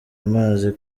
amazi